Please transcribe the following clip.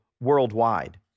worldwide